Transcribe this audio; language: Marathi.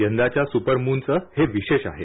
यंदाच्या सुपरमूनचं हे विशेष आहे